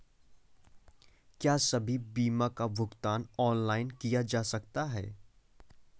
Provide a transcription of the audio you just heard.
क्या सभी बीमा का भुगतान ऑनलाइन किया जा सकता है?